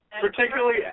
Particularly